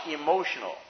emotional